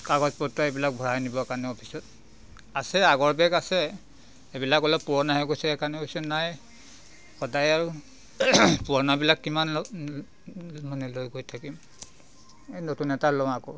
কাগজ পত্ৰ এইবিলাক ভৰাই নিবৰ কাৰণে অফিচত আছে আগৰ বেগ আছে সেইবিলাক অলপ পুৰণা হৈ গৈছে সেইকাৰণে কৈছোঁ নাই সদায় আৰু পুৰণাবিলাক কিমান ল'ম মানে লৈ গৈ থাকিম এই নতুন এটা লওঁ আকৌ